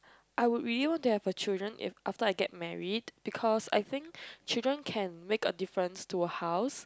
I would really want to have a children if after I get married because I think children can make a difference to a house